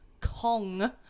Kong